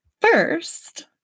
first